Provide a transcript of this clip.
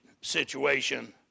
situation